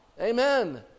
Amen